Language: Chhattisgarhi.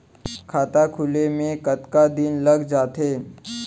खाता खुले में कतका दिन लग जथे?